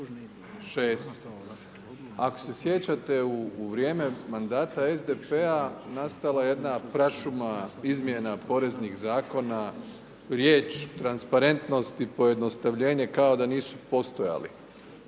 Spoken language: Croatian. kuna. Ako se sjećate u vrijeme mandata SDP-a nastala je jedna prašuma izmjena poreznih zakona, riječ transparentnost i pojednostavljenje kao da nisu postojali